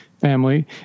family